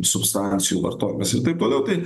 substancijų vartojimas ir taip toliau tai